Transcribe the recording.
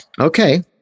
Okay